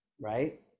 right